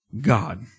God